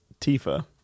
tifa